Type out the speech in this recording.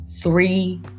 three